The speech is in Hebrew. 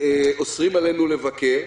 אוסרים עלינו לבקר.